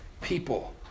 people